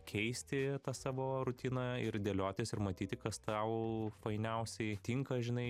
keisti tą savo rutiną ir dėliotis ir matyti kas tau fainiausiai tinka žinai